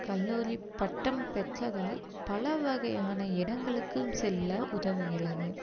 கல்லூரி பட்டம் பெற்றதால் பல வகையான இடங்களுக்கும் செல்ல உதவுகிறது